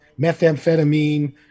methamphetamine